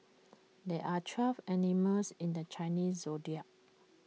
there are twelve animals in the Chinese Zodiac